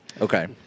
Okay